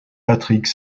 patrick